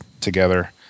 together